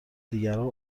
دیگران